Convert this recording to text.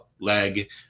leg